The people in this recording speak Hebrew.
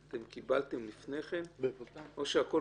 אותו דבר